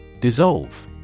Dissolve